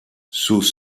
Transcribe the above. sus